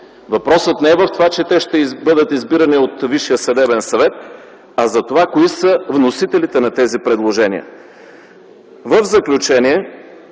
Въпросът не е в това, че те ще бъдат избирани от Висшия съдебен съвет, а за това кои са вносителите на тези предложения.